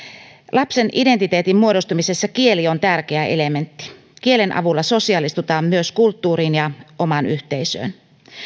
lapsen identiteetin muodostumisessa kieli on tärkeä elementti kielen avulla sosiaalistutaan myös kulttuuriin ja omaan yhteisöön